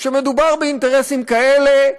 כשמדובר באינטרסים כאלה,